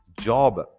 Job